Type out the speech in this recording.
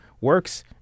works